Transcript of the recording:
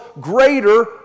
greater